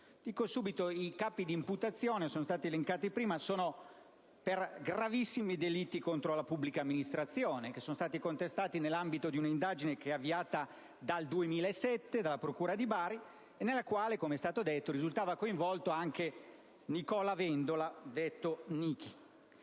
i capi di imputazione, che sono stati elencati prima, sono per gravissimi delitti contro la pubblica amministrazione, che sono stati contestati nell'ambito di un'indagine che è stata avviata dal 2007 dalla procura di Bari, nella quale, com'è stato detto, risultava coinvolto anche Nicola Vendola, detto Nichi.